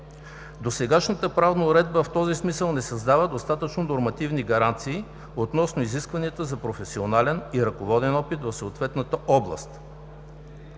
Досегашната правна уредба в този смисъл не създава достатъчно нормативни гаранции относно изискванията за професионален и ръководен опит в съответната област.